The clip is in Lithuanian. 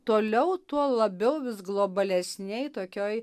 toliau tuo labiau vis globalesnėj tokioj